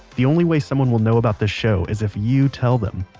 the only way someone will know about the show is if you tell them.